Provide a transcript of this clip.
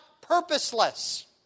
purposeless